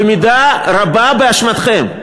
במידה רבה באשמתכם.